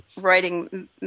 writing